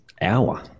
hour